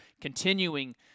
Continuing